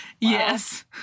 Yes